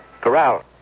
Corral